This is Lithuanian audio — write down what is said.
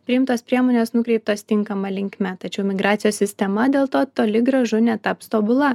priimtos priemonės nukreiptos tinkama linkme tačiau migracijos sistema dėl to toli gražu netaps tobula